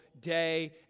Day